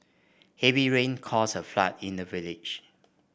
heavy rain caused a flood in the village